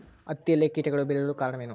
ಹತ್ತಿಯಲ್ಲಿ ಕೇಟಗಳು ಬೇಳಲು ಕಾರಣವೇನು?